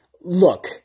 Look